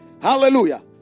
Hallelujah